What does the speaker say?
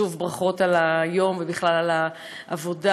שוב ברכות על היום ובכלל על העבודה.